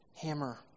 hammer